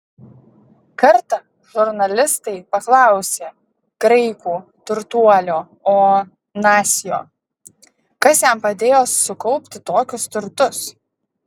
kartą žurnalistai paklausė graikų turtuolio onasio kas jam padėjo sukaupti tokius turtus